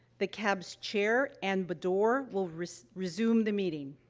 the cab's chair, ann baddour, will resume resume the meeting.